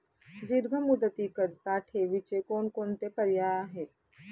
दीर्घ मुदतीकरीता ठेवीचे कोणकोणते पर्याय आहेत?